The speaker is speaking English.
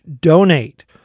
donate